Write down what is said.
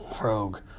Rogue